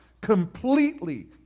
completely